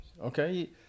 okay